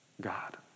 God